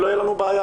לא תהיה לנו בעיה,